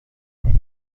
کنید